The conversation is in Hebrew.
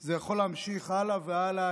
זה יכול להימשך הלאה והלאה,